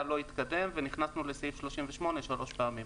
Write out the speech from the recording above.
לא התקדם ונכנסנו לסעיף 38 שלוש פעמים.